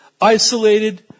isolated